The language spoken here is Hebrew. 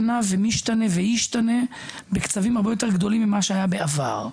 משתנה וישתנה בקצבים הרבה יותר גדולים ממה שהיה בעבר.